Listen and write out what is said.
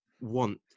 want